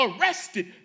arrested